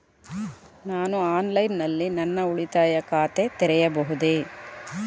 ನಾನು ಆನ್ಲೈನ್ ನಲ್ಲಿ ನನ್ನ ಉಳಿತಾಯ ಖಾತೆ ತೆರೆಯಬಹುದೇ?